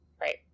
Right